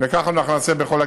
וכך אנחנו נעשה בכל הכיוונים.